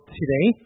today